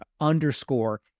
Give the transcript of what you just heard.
underscore